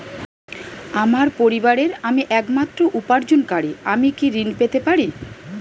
আমার পরিবারের আমি একমাত্র উপার্জনকারী আমি কি ঋণ পেতে পারি?